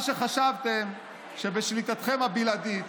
מה שחשבתם שבשליטתכם הבלעדית,